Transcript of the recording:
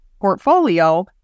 portfolio